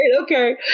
Okay